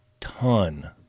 ton